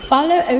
Follow